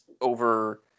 over